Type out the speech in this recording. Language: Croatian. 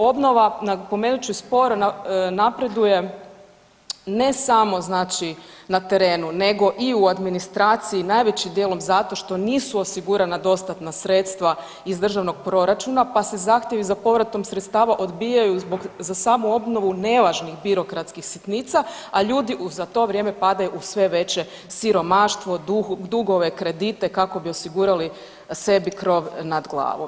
Obnova, napomenut ću sporo napreduje ne samo na terenu nego i u administraciji, najvećim dijelom zato što nisu osigurane dostatna sredstva iz državnog proračuna pa se zahtjevi za povratom sredstava odbijaju zbog za samo obnovu nevažnih birokratskih sitnica, a ljudi za to vrijeme padaju u sve veće siromaštvo, dugove, kredite kako bi osigurali sebi kroz nad glavom.